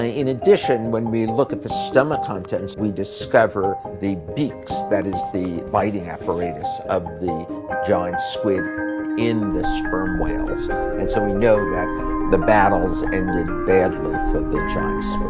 ah in addition, when we look at the stomach contents we discover that the beaks that is, the biting apparatus of the giant squid in the sperm whales. and so we know that the battles ended badly for the giant